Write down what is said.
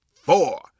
four